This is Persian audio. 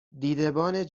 دیدبان